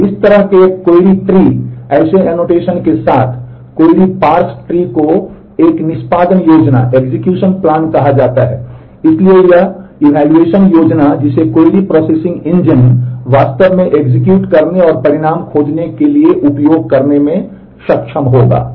और इस तरह के एक क्वेरी ट्री करने और परिणाम खोजने के लिए उपयोग करने में सक्षम होगा